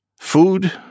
Food